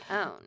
own